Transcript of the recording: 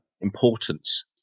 importance